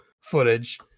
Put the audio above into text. footage